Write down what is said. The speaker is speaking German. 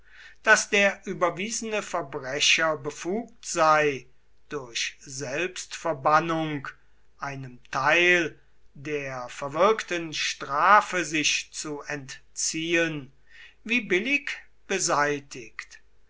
daß der überwiesene verbrecher befugt sei durch selbstverbannung einem teil der verwirkten strafe sich zu entziehen wie billig beseitigt